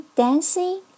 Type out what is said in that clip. dancing